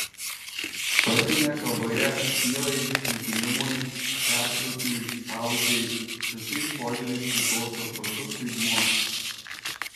poetinėje kalboje tylai nutilimui pertrūkiui pauzei visais požiūriais priklauso svarbus vaidmuo